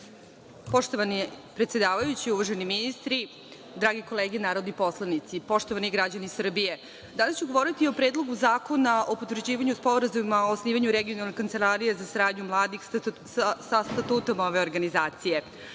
predsedavajući, uvaženi ministri, drage kolege narodni poslanici, poštovani građani Srbije, danas ću govoriti o Predlogu zakona o potvrđivanju Sporazuma o osnivanju Regionalne kancelarije za saradnju mladih sa statutom ove organizacije. Podsećanja